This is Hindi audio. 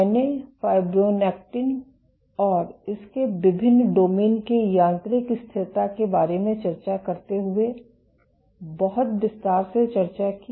मैंने फाइब्रोनेक्टिन और इसके विभिन्न डोमेन के यांत्रिक स्थिरता के बारे में चर्चा करते हुए बहुत विस्तार से चर्चा की